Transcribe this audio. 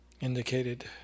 indicated